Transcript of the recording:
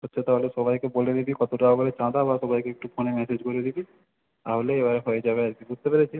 আচ্ছা তাহলে সবাইকে বলে দিবি কত টাকা করে চাঁদা বা সবাইকে একটু ফোনে মেসেজ করে দিবি তাহলেই এবার হয়ে যাবে আর কি বুঝতে পেরেছিস